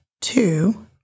two